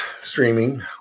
streaming